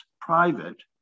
private